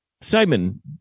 Simon